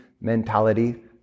mentality